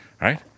Right